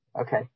Okay